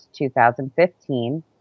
2015